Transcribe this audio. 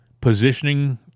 positioning